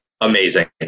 amazing